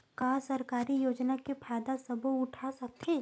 का सरकारी योजना के फ़ायदा सबो उठा सकथे?